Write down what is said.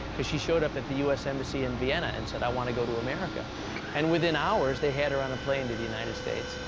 because she showed up at the us embassy in vienna and said, i want to go to america and within hours they had her on a plane to the united states.